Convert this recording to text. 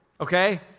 okay